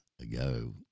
ago